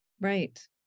Right